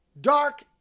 dark